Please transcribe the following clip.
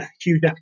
huge